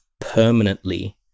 permanently